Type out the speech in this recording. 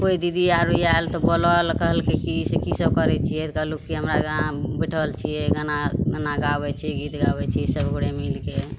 कोइ दीदी आरू आयल तऽ बोललक कहलकै कि से की सभ करै छियै तऽ कहलहुॅं कि हम हमरा बैठल छियै गाना गाना गाबै छी गीत गाबै सभ गोड़े मिलके